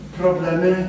problemy